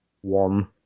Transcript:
One